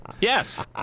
Yes